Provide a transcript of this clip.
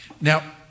now